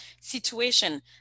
situation